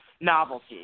novelty